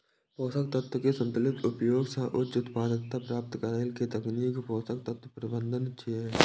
पोषक तत्व के संतुलित प्रयोग सं उच्च उत्पादकता प्राप्त करै के तकनीक पोषक तत्व प्रबंधन छियै